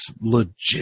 legit